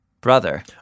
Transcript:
brother